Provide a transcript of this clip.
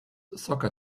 soccer